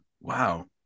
wow